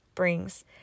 brings